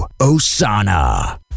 Osana